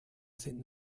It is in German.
sind